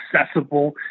accessible